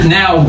now